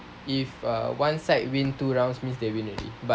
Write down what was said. if err one side win two rounds means they win already but